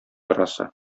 арасы